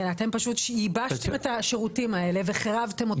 אתם פשוט שיבשתם את השירותים האלה וחירבתם אותם עשרות שנים.